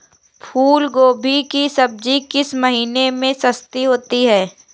फूल गोभी की सब्जी किस महीने में सस्ती होती है?